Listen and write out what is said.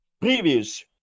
previous